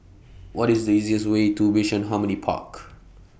What IS The easiest Way to Bishan Harmony Park